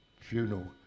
funeral